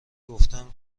گفتم